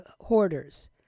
hoarders